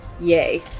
Yay